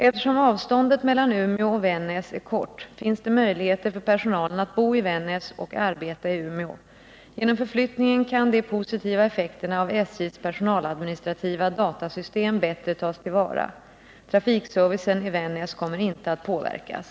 Eftersom avståndet mellan Umeå och Vännäs är kort, finns det möjligheter för personalen att bo i Vännäs och arbeta i Umeå. Genom förflyttningen kan de positiva effekterna av SJ:s personaladministrativa datasystem bättre tas till vara. Trafikservicen i Vännäs kommer inte att påverkas.